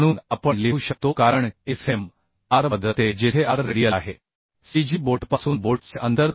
म्हणून आपण लिहू शकतो कारण Fm r बदलते जेथे r हे cg बोल्टपासूनचे रेडियल अंतर आहे